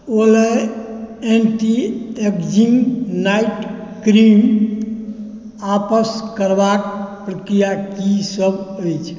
Olay anti ageing night cream आपस करबाक प्रक्रिया कीसभ अछि